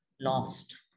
lost